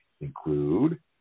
include